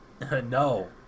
No